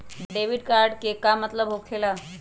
Debit card के का मतलब होकेला?